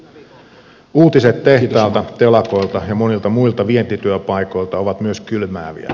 myös uutiset tehtailta telakoilta ja monilta muilta vientityöpaikoilta ovat kylmääviä